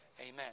Amen